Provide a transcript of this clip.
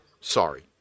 Sorry